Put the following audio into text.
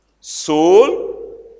Soul